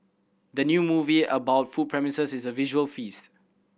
the new movie about food promises is a visual feast